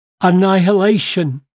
annihilation